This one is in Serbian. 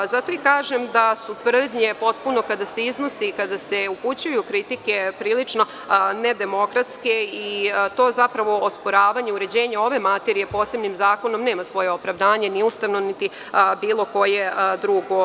Zato kažem da su tvrdnje potpuno kada se iznosi, kada se upućuju kritike prilično nedemokratske i to zapravo osporavanje uređenja ove materije posebnim zakonom nema svoje opravdanje ni ustavno niti bilo koje drugo.